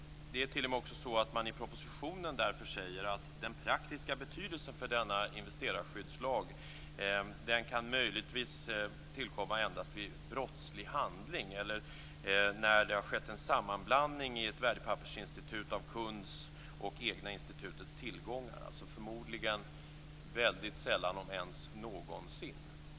Det är t.o.m. också så att man i propositionen därför säger att den praktiska betydelsen för denna investerarskyddslag möjligtvis kan tillkomma vid brottslig handling eller när det har skett en sammanblandning hos ett värdepappersinstitut av kunds och det egna institutets tillgångar - alltså förmodligen väldigt sällan, om ens någonsin.